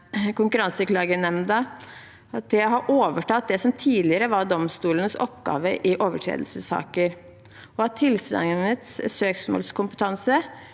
Konkurranseklagenemnda – at de har overtatt det som tidligere var domstolenes oppgave i overtredelsessaker, og at tilsynets søksmålskompetanse